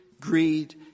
greed